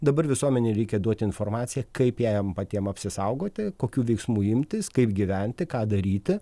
dabar visuomenei reikia duoti informaciją kaip ja jiem patiem apsisaugoti kokių veiksmų imtis kaip gyventi ką daryti